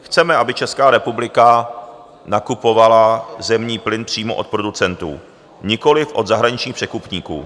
Chceme, aby Česká republika nakupovala zemní plyn přímo od producentů, nikoliv od zahraničních překupníků.